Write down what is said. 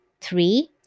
Three